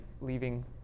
leaving